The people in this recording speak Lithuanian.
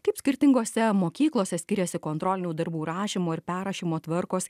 kaip skirtingose mokyklose skiriasi kontrolinių darbų rašymo ir perrašymo tvarkos